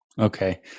Okay